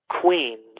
queens